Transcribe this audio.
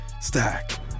stack